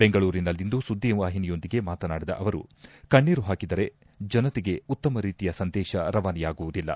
ಬೆಂಗಳೂರಿನಲ್ಲಿಂದು ಸುದ್ದಿವಾಹಿನಿಯೊಂದಿಗೆ ಮಾತನಾಡಿದ ಅವರು ಕಣ್ಣೇರು ಹಾಕಿದರೆ ಜನತೆಗೆ ಉತ್ತಮ ರೀತಿಯ ಸಂದೇಶ ರವಾನೆಯಾಗುವುದಿಲ್ಲ